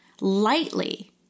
lightly